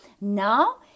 now